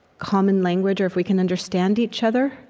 common language, or if we can understand each other,